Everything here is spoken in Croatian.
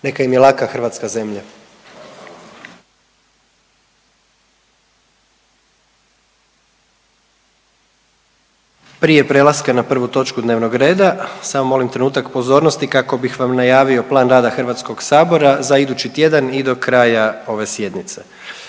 **Jandroković, Gordan (HDZ)** Prije prelaska na prvu točku dnevnog reda, samo molim trenutak pozornosti kako bih vam najavio plan rada Hrvatskog sabora za idući tjedan i do kraja ove sjednice.